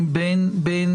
באיזונים בין